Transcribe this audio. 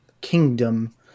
kingdom